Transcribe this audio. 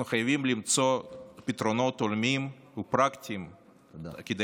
אנחנו חייבים למצוא פתרונות הולמים ופרקטיים כדי